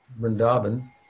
Vrindavan